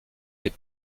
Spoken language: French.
les